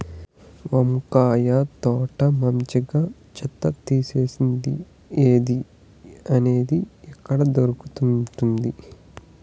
వంకాయ తోట మంచిగా చెత్త తీసేది ఏది? అది ఎక్కడ దొరుకుతుంది?